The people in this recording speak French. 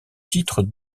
titre